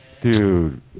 dude